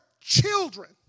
children